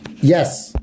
Yes